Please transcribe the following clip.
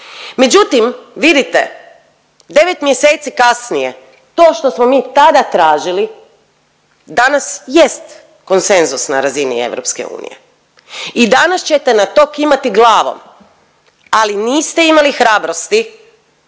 međutim vidite devet mjeseci kasnije to što mi tada tražili danas jest konsenzus na razini EU i danas ćete na to kimati glavom, ali niste imali hrabrosti